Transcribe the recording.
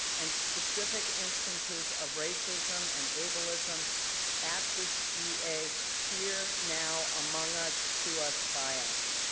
and specific instances of racism and ableism at this d a here, now among us, to us, by us.